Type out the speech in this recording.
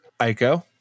Aiko